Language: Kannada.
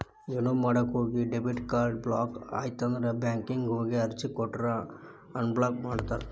ಏನೋ ಮಾಡಕ ಹೋಗಿ ಡೆಬಿಟ್ ಕಾರ್ಡ್ ಬ್ಲಾಕ್ ಆಯ್ತಂದ್ರ ಬ್ಯಾಂಕಿಗ್ ಹೋಗಿ ಅರ್ಜಿ ಕೊಟ್ರ ಅನ್ಬ್ಲಾಕ್ ಮಾಡ್ತಾರಾ